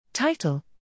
Title